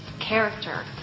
Character